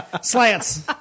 Slants